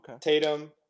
Tatum